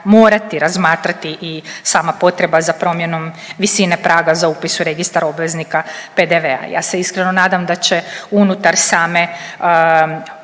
morati razmatrati i sama potreba za promjenom visine praga za upis u registar obveznika PDV-a. Ja se iskreno nadam da će unutar same